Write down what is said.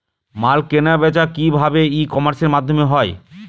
মাল কেনাবেচা কি ভাবে ই কমার্সের মাধ্যমে হয়?